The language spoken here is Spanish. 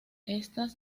estas